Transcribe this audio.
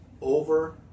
over